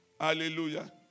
Hallelujah